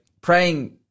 praying